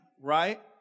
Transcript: right